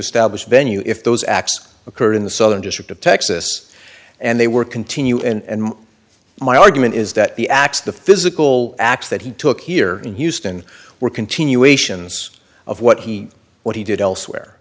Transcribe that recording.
establish venue if those acts occurred in the southern district of texas and they were continue and my argument is that the acts the physical acts that he took here in houston were continuations of what he what he did elsewhere